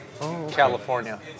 California